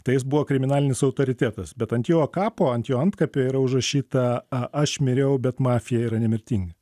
tai jis buvo kriminalinis autoritetas bet ant jo kapo ant jo antkapio yra užrašyta aš miriau bet mafija yra nemirtinga